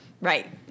Right